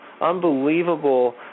Unbelievable